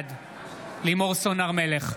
בעד לימור סון הר מלך,